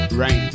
rain